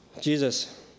Jesus